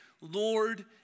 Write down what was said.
Lord